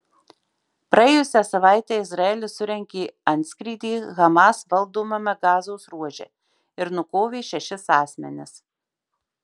praėjusią savaitę izraelis surengė antskrydį hamas valdomame gazos ruože ir nukovė šešis asmenis